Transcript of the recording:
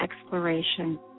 exploration